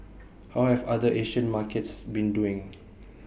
how have other Asian markets been doing